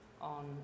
on